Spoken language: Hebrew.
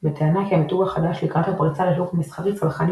בטענה כי המיתוג החדש לקראת הפריצה לשוק המסחרי סלחני